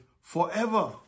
forever